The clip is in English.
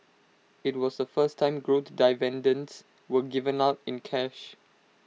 IT was the first time growth dividends were given out in cash